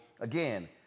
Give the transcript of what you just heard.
Again